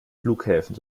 flughäfen